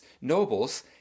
nobles